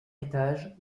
étage